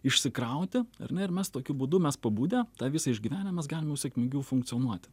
išsikrauti ar ne ir mes tokiu būdu mes pabudę tą visą išgyvenę mes galim jau sėkmingiau funkcionuoti